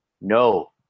no